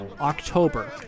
October